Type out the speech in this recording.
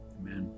Amen